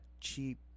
cheap